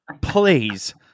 please